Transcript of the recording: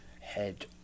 head